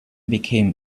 became